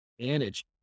manage